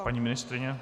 Paní ministryně?